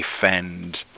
defend